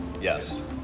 Yes